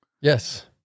Yes